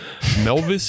melvis